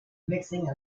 mixing